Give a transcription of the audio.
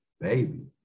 baby